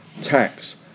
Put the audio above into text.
tax